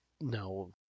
no